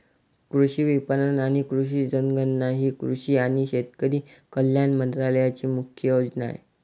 कृषी विपणन आणि कृषी जनगणना ही कृषी आणि शेतकरी कल्याण मंत्रालयाची मुख्य योजना आहे